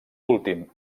últim